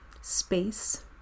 space